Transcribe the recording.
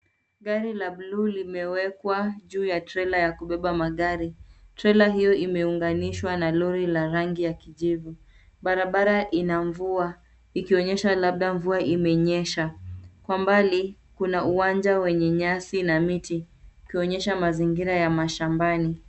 Gari la bluu limewekwa juu ya trela ya kubeba magari. Trela hio imeunganishwa na lori la rangi ya kijivu. Barabara ina mvua, ikionyesha labda mvua imenyesha. Kwa mbali, kuna uwanja wenye nyasi na miti ikionyesha mazingira ya mashambani.